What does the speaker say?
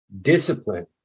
discipline